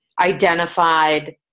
identified